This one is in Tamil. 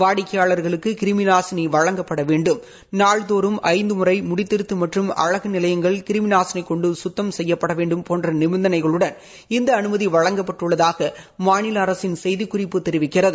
வாடிக்கையாளர்களுக்கு கிருமி நாசினி வழங்கப்பட வேண்டும் நாள்தோறும் ஐந்து முறை முடிதிருத்தும் மற்றும் அழகு நிலையங்கள் கிருமி நாசினி கொண்டு குத்தம் செய்ய வேண்டும் போன்ற நிபந்தனைகளுடன் இந்த அனுமதி வழங்கப்பட்டுள்ளதாக மாநில அரசின் செய்திக்குறிப்பு தெரிவிக்கிறது